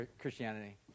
Christianity